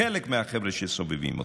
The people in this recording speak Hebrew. חלק מהחבר'ה שסובבים אותו.